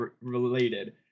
related